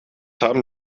haben